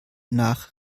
nach